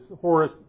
Horace